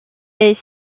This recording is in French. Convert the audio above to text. est